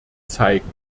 zeigen